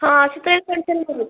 ആ ആശുപത്രിയിൽ കാണിച്ചാലും മതി